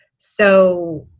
so,